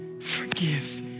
Forgive